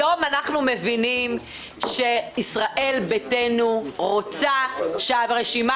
היום אנחנו מבינים שישראל ביתנו רוצה שהרשימה